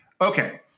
okay